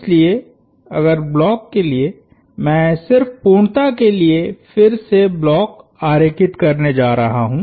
इसलिए अगर ब्लॉक के लिए मैं सिर्फ पूर्णता के लिए फिर से ब्लॉक आरेखित करने जा रहा हूं